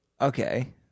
Okay